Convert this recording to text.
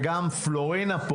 וגם פלורינה,